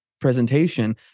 presentation